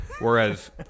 whereas